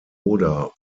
oder